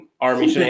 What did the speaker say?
Army